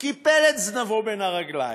קיפל את זנבו בין הרגליים.